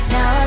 Now